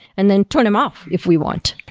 and then turn them off if we want.